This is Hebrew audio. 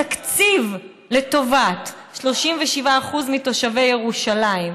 התקציב לטובת 37% מתושבי ירושלים,